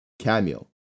Cameo